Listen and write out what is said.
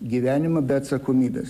gyvenimą be atsakomybės